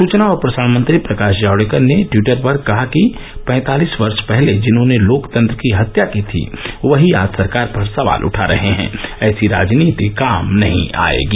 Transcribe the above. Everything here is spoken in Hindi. सूचना और प्रसारण मंत्री प्रकाश जावड़ेकर ने ट्वीटर पर कहा कि पैंतालीस वर्ष पहले जिन्हॉने लोकतंत्र की हत्या की थी वही आज सरकार पर सवाल उठा रहे हैं ऐसी राजनीति काम नहीं आएगी